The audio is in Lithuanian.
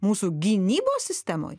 mūsų gynybos sistemoj